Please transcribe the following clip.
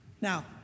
Now